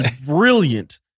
brilliant